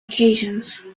occasions